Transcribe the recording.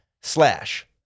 slash